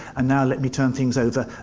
ah now let me turn things over,